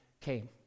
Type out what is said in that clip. came